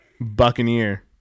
buccaneer